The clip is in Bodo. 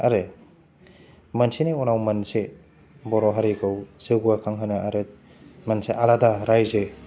आरो मोनसेनि उनाव मोनसे बर' हारिखौ जौगाखां होनो आरो मोनसे आलादा रायजो